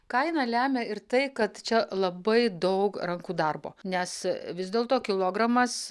kainą lemia ir tai kad čia labai daug rankų darbo nes vis dėlto kilogramas